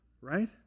Right